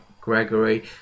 Gregory